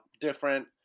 different